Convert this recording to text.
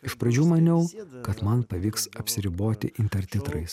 iš pradžių maniau kad man pavyks apsiriboti intertitrais